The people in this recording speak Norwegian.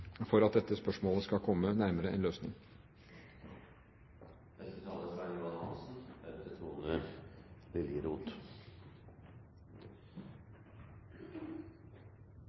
for at dette spørsmålet skal komme nærmere en løsning.